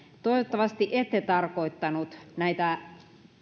toivottavasti ette tarkoittanut näitä